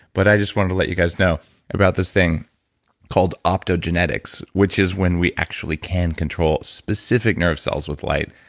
but i just wanted to let you guys know about this thing called optogenetics, which is when we actually can control specific nerve cells with light.